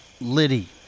Liddy